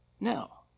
No